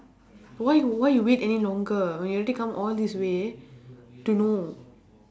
why you why you wait any longer when you already come all this way to know